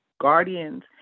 guardians